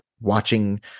watching